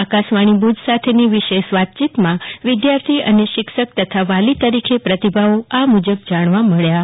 આકાશવાણી ભુજ સાથેની વિશેષ વાતયીતમાં વિદ્યાર્થી અને શિક્ષક તથા વળી તરીકે પ્રતિભાવો આ મુજબ જાણવા મળ્યા હતા